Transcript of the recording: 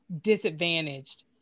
disadvantaged